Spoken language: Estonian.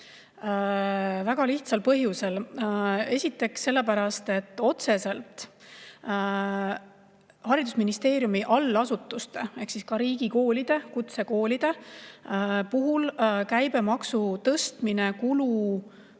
Väga lihtsal põhjusel. Esiteks sellepärast, et otseselt haridusministeeriumi allasutuste ehk ka riigikoolide ja kutsekoolide kulusid käibemaksu tõstmine oluliselt